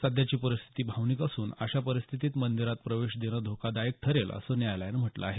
सध्याची परिस्थिती भावनिक असून अशा परिस्थितित मंदिरात प्रवेश देणं धोकादायक ठरेल असं न्यायालयानं म्हटलं आहे